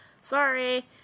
sorry